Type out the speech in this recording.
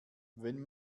wenn